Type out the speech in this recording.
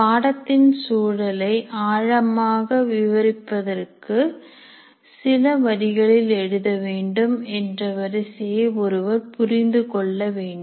பாடத்தின் சூழலை ஆழமாக விவரிப்பதற்கு சில வரிகளில் எழுத வேண்டும் என்ற வரிசையை ஒருவர் புரிந்துகொள்ள வேண்டும்